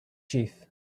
chief